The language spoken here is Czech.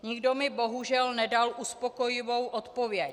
Nikdo mi bohužel nedal uspokojivou odpověď.